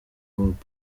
bob